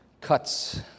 cuts